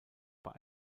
bei